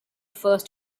first